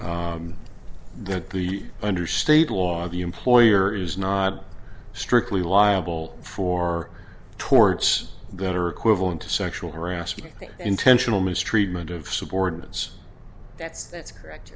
that the under state law the employer is not strictly liable for torts that are equivalent to sexual harassment that intentional mistreatment of subordinates that's that's correct